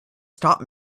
stop